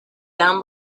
down